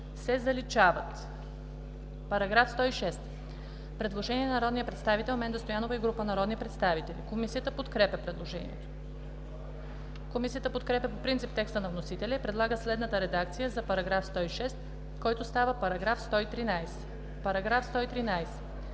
се заличават.“ Параграф 106. Предложение на народния представител Менда Стоянова и група народни представители. Комисията подкрепя предложението. Комисията подкрепя по принцип текста на вносителя и предлага следната редакция за § 106, който става § 113: „§ 113.